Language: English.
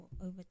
over